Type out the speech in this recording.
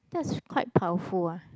that's quite powerful ah